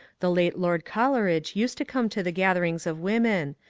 the late lord coleridge used to come to the gath erings of women,